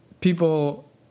people –